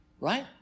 right